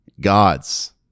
gods